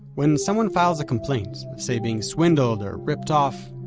when someone files a complaint, say, being swindled, or ripped off,